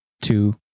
two